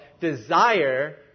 desire